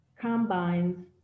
combines